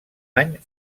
any